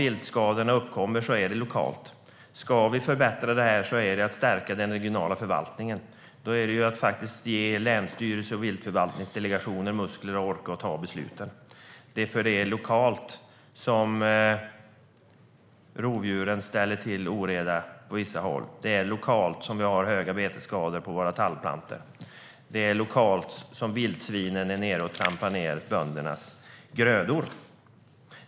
Viltskadorna uppkommer lokalt. Ska vi förbättra detta gäller det att stärka den regionala förvaltningen och ge länsstyrelser och viltförvaltningsdelegationer muskler att orka ta besluten. Det är lokalt som rovdjuren ställer till med oreda på vissa håll. Det är lokalt som vi har stora betesskador på våra tallplantor. Det är lokalt som vildsvinen trampar ned böndernas grödor.